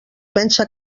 pensa